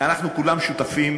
אנחנו כולנו שותפים